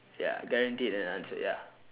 ya guaranteed an answer ya